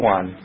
One